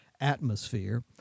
atmosphere